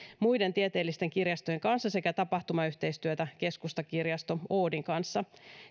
muiden tieteellisten kirjastojen kanssa sekä tapahtumayhteistyötä keskustakirjasto oodin kanssa